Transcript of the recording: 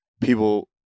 people